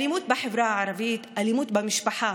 אלימות בחברה הערבית, אלימות במשפחה.